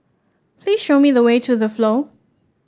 please show me the way to The Flow